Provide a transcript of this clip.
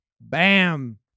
Bam